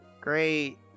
great